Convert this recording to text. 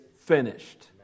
finished